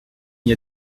n’y